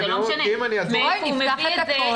זה לא משנה מאיפה הוא מביא את זה.